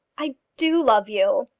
i do love you!